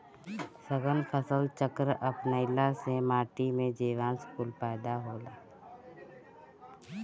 सघन फसल चक्र अपनईला से माटी में जीवांश कुल पैदा होला